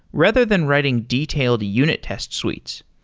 rather than writing detailed unit test suites.